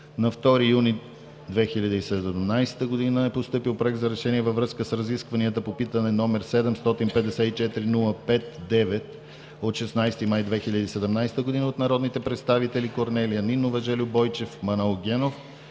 На 2 юни 2017 г. е постъпил Проект на решение във връзка с разискванията по питане № 754-05-9 от 16 май 2017 г. от народните представители Корнелия Нинова, Жельо Бойчев и Манол Генов